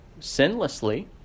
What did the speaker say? sinlessly